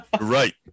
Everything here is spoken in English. Right